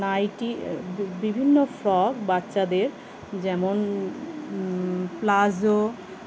nightie বি বিভিন্ন frock বাচ্চাদের যেমন প্লাজো